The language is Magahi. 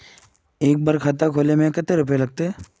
एक बार खाता खोले में कते रुपया लगते?